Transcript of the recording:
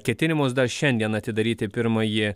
ketinimus dar šiandien atidaryti pirmąjį